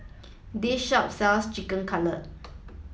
this shop sells Chicken Cutlet